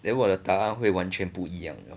then 我的答案会完全不一样 liao